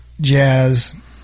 jazz